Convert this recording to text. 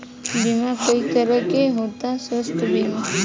बीमा कई तरह के होता स्वास्थ्य बीमा?